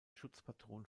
schutzpatron